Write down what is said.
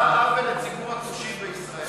את עושה עוול לציבור הכושים בישראל,